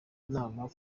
inama